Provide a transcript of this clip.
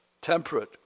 temperate